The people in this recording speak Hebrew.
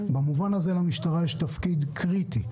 במובן הזה יש למשטרה תפקיד קריטי.